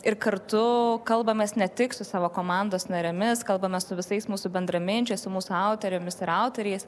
ir kartu kalbamės ne tik su savo komandos narėmis kalbame su visais mūsų bendraminčiais su mūsų autorėmis ir autoriais